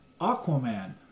Aquaman